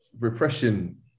repression